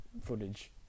footage